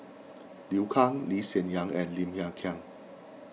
Liu Kang Lee Hsien Yang and Lim Hng Kiang